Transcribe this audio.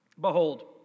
Behold